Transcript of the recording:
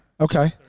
Okay